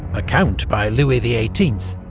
a count by louis the eighteenth,